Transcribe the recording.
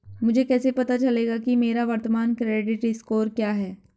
मुझे कैसे पता चलेगा कि मेरा वर्तमान क्रेडिट स्कोर क्या है?